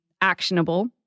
actionable